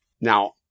now